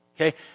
Okay